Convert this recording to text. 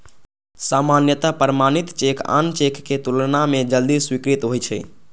सामान्यतः प्रमाणित चेक आन चेक के तुलना मे जल्दी स्वीकृत होइ छै